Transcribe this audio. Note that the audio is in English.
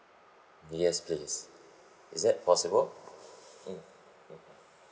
yes please is that possible mm